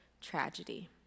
tragedy